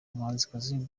umuhanzikazi